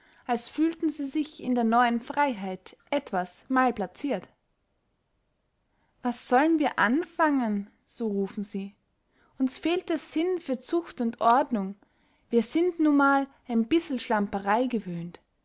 als fühlten sie sich in der neuen freiheit etwas malplaciert was sollen wir anfangen so rufen sie uns fehlt der sinn für zucht und ordnung wir sind nu mal ein bissel schlamperei gewöhnt